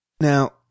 Now